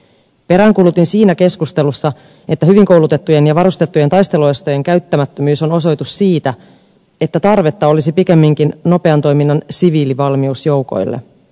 peräänkuulutin siinä keskustelussa että hyvin koulutettujen ja varustettujen taisteluosastojen käyttämättömyys on osoitus siitä että tarvetta olisi pikemminkin nopean toiminnan siviilivalmiusjoukoille